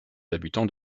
habitants